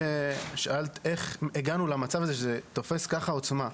שאלת איך הגענו למצב שזה תופס ככה עוצמה.